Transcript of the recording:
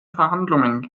verhandlungen